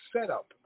setup